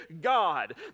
God